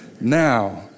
Now